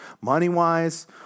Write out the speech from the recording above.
money-wise